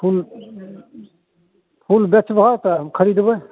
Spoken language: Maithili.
फूल फूल बेचबहक तऽ हम खरिदबै